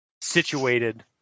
situated